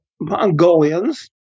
Mongolians